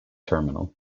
terminal